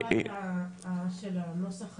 של הנוסח עצמו?